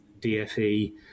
DfE